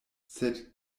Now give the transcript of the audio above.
sed